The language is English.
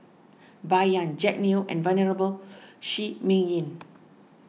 Bai Yan Jack Neo and Venerable Shi Ming Yi